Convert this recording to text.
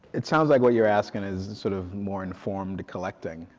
it sounds like what you are asking is sort of more informed collecting.